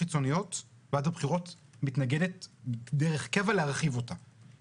ועדת הבחירות מתנגדת דרך קבע להרחיב את ההצבעה במעטפות חיצוניות,